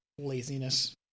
laziness